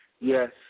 Yes